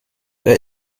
der